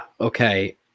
okay